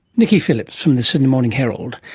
nicky phillips from the sydney morning herald.